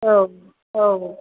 औ औ